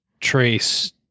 Trace